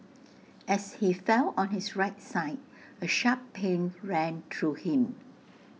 as he fell on his right side A sharp pain ran through him